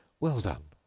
well done!